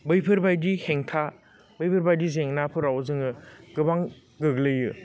बैफोरबादि हेंथा बैफोरबादि जेंनाफोराव जोङो गोबां गोग्लैयो